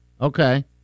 Okay